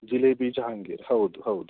ಜಿಲೇಬಿ ಜಹಾಂಗೀರು ಹೌದು ಹೌದು